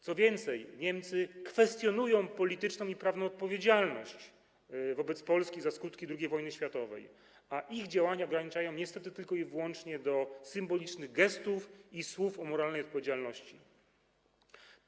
Co więcej, Niemcy kwestionują polityczną i prawną odpowiedzialność wobec Polski za skutki II wojny światowej, a ich działania ograniczają się niestety tylko i wyłącznie do symbolicznych gestów i słów o odpowiedzialności moralnej.